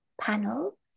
panel